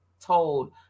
told